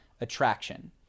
attraction